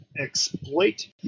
exploit